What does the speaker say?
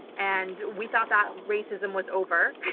and we thought that racism was over.